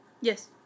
Yes